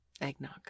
Eggnog